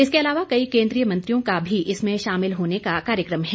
इसके अलावा कई केन्द्रीय मंत्रियों का भी इसमें शामिल होने का कार्यक्रम है